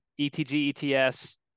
ETG-ETS